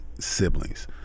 siblings